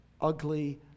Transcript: ugly